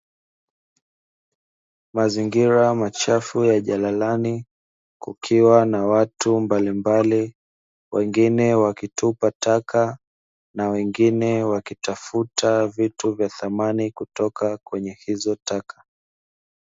Mazingira machafu ya jalalani, kukiwa na watu mbalimbali, wengine wakitupa taka na wengine wakitafuta vitu vya thamani kutoka kwenye hizo taka.